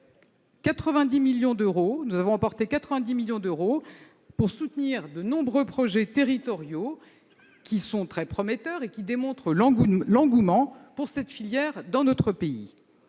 nous avons consacré 90 millions d'euros au soutien de nombreux projets territoriaux très prometteurs, qui démontrent l'engouement pour cette filière dans notre pays.